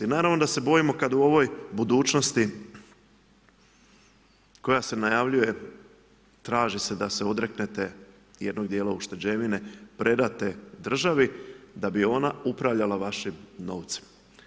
Naravno da se bojimo kad u ovom budućnosti koja se najavljuje traži se da se odreknete jednog dijela ušteđevine, predate državi da bi ona upravljala vašim novcem.